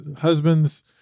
husbands